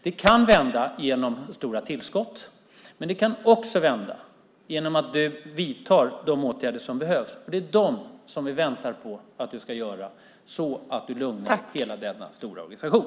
Det kan vända genom stora tillskott, men det kan också vända genom att du vidtar de åtgärder som behövs, för det är dem som vi väntar på att du ska vidta så att du lugnar hela denna stora organisation.